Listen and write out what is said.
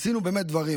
עשינו באמת דברים.